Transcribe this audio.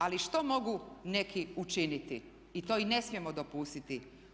Ali što mogu neki učiniti i to im ne smijemo dopustiti?